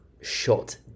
shot